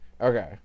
Okay